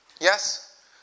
yes